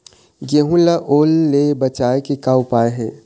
गेहूं ला ओल ले बचाए के का उपाय हे?